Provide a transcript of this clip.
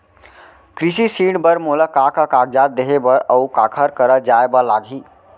कृषि ऋण बर मोला का का कागजात देहे बर, अऊ काखर करा जाए बर लागही?